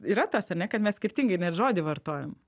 yra tas ane kad mes skirtingai net žodį vartojam